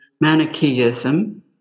Manichaeism